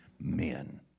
men